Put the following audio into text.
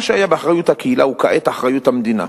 מה שהיה באחריות הקהילה הוא כעת אחריות המדינה.